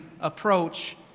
approach